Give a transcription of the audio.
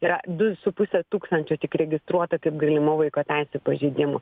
yra du su puse tūkstančio tik registruota kaip galima vaiko teisių pažeidimų